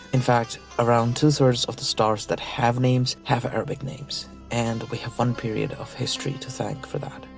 in fact, around two-thirds of the stars that have names, have arabic names and we have one period of history to thank for that,